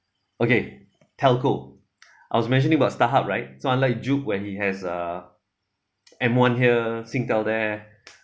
okay telco I was mentioning about starhub right so unlike zuff where he has uh m one here singtel there